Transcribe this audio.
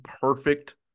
perfect